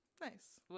Nice